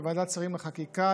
בוועדת השרים לחקיקה,